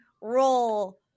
roll